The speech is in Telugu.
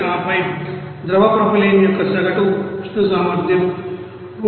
ఆపై ద్రవ ప్రొపైలిన్ యొక్క సగటు ఉష్ణ సామర్థ్యం 123